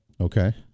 Okay